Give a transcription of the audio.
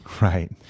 Right